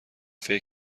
فکر